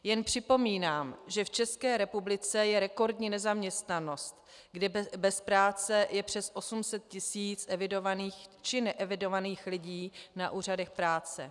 Jen připomínám, že v České republice je rekordní nezaměstnanost, kdy bez práce je přes 800 tis. evidovaných či neevidovaných lidí na úřadech práce.